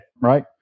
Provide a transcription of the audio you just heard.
Right